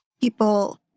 people